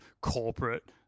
corporate